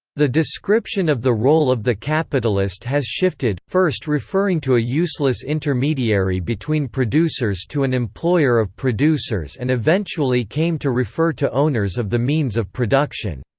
the description of the role of the capitalist has shifted, first referring to a useless intermediary between producers to an employer of producers and eventually came to refer to owners of the means of production.